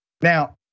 Now